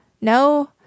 No